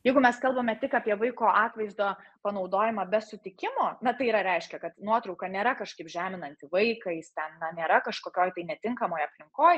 jeigu mes kalbame tik apie vaiko atvaizdo panaudojimą be sutikimo tai yra reiškia kad nuotrauka nėra kažkaip žeminantį vaiką jis ten nėra kažkokioj tai netinkamoj aplinkoj